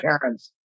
parents